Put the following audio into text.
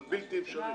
זה בלתי אפשרי.